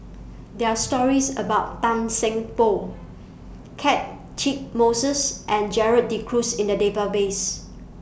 There Are stories about Tan Seng Poh Catchick Moses and Gerald De Cruz in The Database